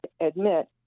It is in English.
admit